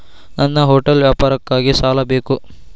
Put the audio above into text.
ನನ್ನ ಹೋಟೆಲ್ ವ್ಯಾಪಾರಕ್ಕಾಗಿ ಸಾಲ ಬೇಕು